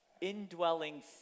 indwelling